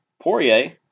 Poirier